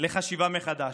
לחשיבה מחדש,